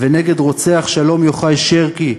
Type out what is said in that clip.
ונגד רוצח שלום יוחאי שרקי,